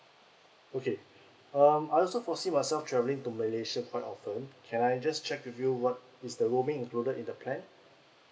okay um I also foresee myself travelling to malaysia quite often can I just check with you what is the roaming included in the plan